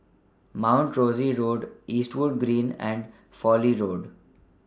Mount Rosie Road Eastwood Green and Fowlie Road